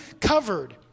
covered